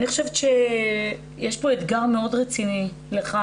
אני חושבת שיש פה אתגר מאוד רציני לך,